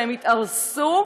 והן התארסו,